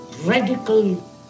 radical